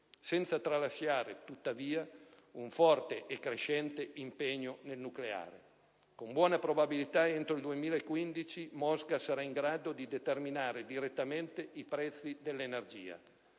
senza tralasciare, tuttavia, un forte e crescente impegno nel nucleare. Con buona probabilità, entro il 2015 Mosca sarà in grado di determinare direttamente i prezzi dell'energia.